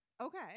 Okay